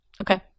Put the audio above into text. Okay